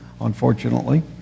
unfortunately